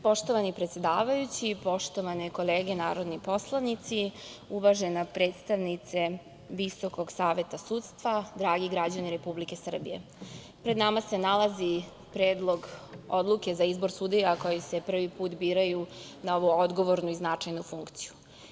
Poštovani predsedavajući, poštovane kolege narodni poslanici, uvažena predstavnice VSS, dragi građani Republike Srbije, pred nama se nalazi Predlog odluke za izbor sudija koji se prvi put biraju na ovu odgovornu i značajnu funkciju.